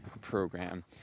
program